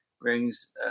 brings